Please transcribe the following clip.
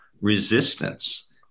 resistance